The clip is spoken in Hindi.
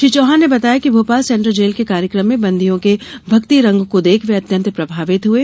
श्री चौहान ने बताया कि भोपाल सेंट्रल जेल के कार्यक्रम में बंदियों के भक्ति रंग को देख वे अत्यंत प्रभावित हुये